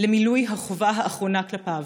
למילוי החובה האחרונה כלפיו,